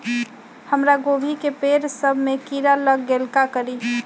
हमरा गोभी के पेड़ सब में किरा लग गेल का करी?